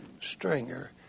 Stringer